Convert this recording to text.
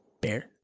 Bear